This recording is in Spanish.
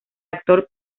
actor